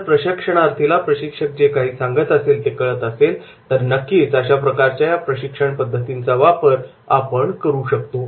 जर प्रशिक्षणार्थी ला प्रशिक्षक जे काही सांगत असेल ते कळत असेल तर नक्कीच अशा प्रकारच्या या शिक्षण पद्धतीचा वापर आपण करू शकतो